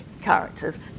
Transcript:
characters